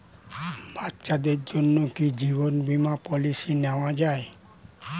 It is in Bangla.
বাচ্চাদের জন্য কি জীবন বীমা পলিসি নেওয়া যায়?